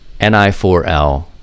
NI4L